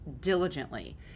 diligently